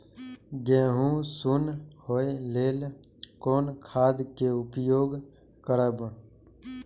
गेहूँ सुन होय लेल कोन खाद के उपयोग करब?